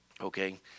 Okay